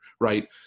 right